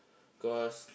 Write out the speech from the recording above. cause